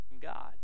god